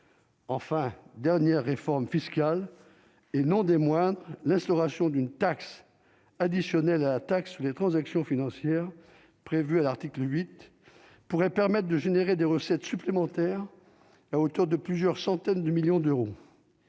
enfin dernière réforme fiscale et non des moindres, l'instauration d'une taxe additionnelle à la taxe sur les transactions financières prévues à l'article 8 pourrait permettent de générer des recettes supplémentaires à hauteur de plusieurs centaines de millions d'euros,